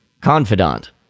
confidant